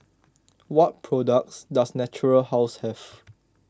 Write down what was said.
what products does Natura House have